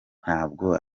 ntabwo